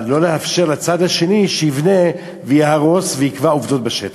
לא לאפשר לצד השני שיבנה ויהרוס ויקבע עובדות בשטח.